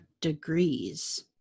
degrees